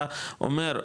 אתה אומר,